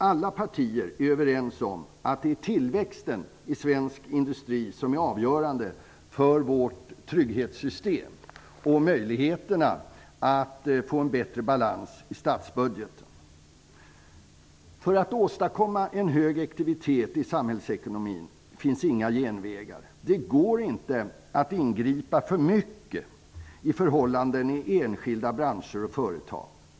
Alla partier är överens om att tillväxten i svensk industri är avgörande för vårt trygghetssystem och för möjligheterna att få en bättre balans i statsbudgeten. För att åstadkomma en hög aktivitet i samhällsekonomin finns inga genvägar. Det går inte att ingripa för mycket i enskilda branschers och företags förhållanden.